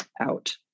out